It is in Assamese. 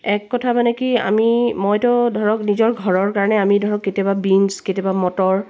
এক কথা মানে কি আমি মইতো নিজৰ ঘৰৰ কাৰণে আমি ধৰক কেতিয়াবা বিন্চ কেতিয়াবা মটৰ